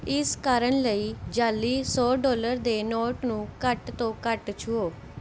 ਇਸ ਕਾਰਨ ਲਈ ਜਾਅਲੀ ਸੌ ਡੋਲਰ ਦੇ ਨੋਟ ਨੂੰ ਘੱਟ ਤੋਂ ਘੱਟ ਛੂਹੋ